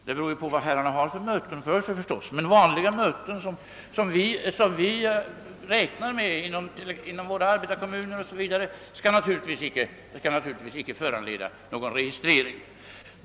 Det beror ju på vilket slag av möten herrarna har, men vanliga möten, som vi har inom våra arbetarkommuner o. s. v., skall naturligtvis inte föranleda någon registrering.